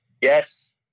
Yes